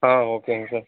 ஆ ஓகேங்க சார்